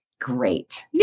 great